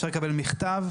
אפשר לקבל מכתב.